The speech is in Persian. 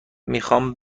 میخوام